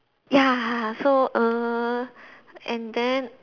ya so err and then